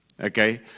okay